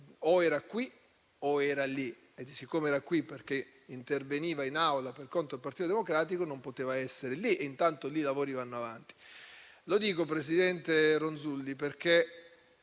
o era qui o era lì; e, siccome era qui, perché interveniva in Aula per conto del Partito democratico, non poteva essere lì. E intanto in quella sede i lavori vanno avanti. Lo dico, presidente Ronzulli, perché